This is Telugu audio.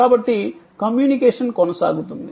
కాబట్టి కమ్యూనికేషన్ కొనసాగుతుంది